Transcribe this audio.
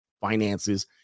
finances